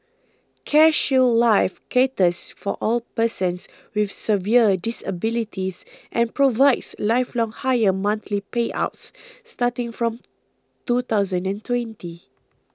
CareShield Life caters for all persons with severe disabilities and provides lifelong higher monthly payouts starting from two thousand and twenty